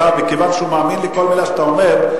כיוון שהוא מאמין לכל מלה שאתה אומר,